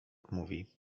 mówi